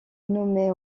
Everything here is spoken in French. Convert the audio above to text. nommé